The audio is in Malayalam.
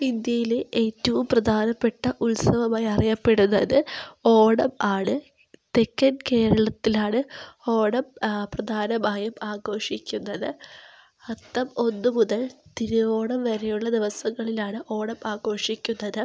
ഇന്ത്യയിലെ ഏറ്റവും പ്രധാനപ്പെട്ട ഉത്സവമായി അറിയപ്പെടുന്നത് ഓണം ആണ് തെക്കൻ കേരളത്തിലാണ് ഓണം പ്രധാനമായും ആഘോഷിക്കുന്നത് അത്തം ഒന്നു മുതൽ തിരുവോണം വരെയുള്ള ദിവസങ്ങളിലാണ് ഓണം ആഘോഷിക്കുന്നത്